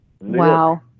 Wow